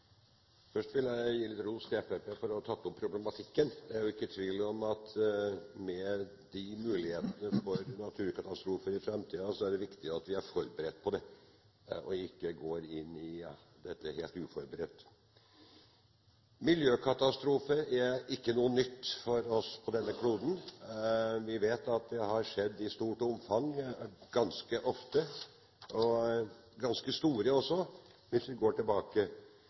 Først vil jeg gi litt ros til Fremskrittspartiet for å ha tatt opp problematikken. Det er ikke tvil om at med disse utsikter til naturkatastrofer i framtiden er det viktig at vi er forberedt, at vi ikke går inn i dette helt uforberedt. Miljøkatastrofer er ikke noe nytt for oss på denne kloden. Vi vet at det ganske ofte har skjedd i stort omfang – ganske store miljøkatastrofer også, hvis vi går tilbake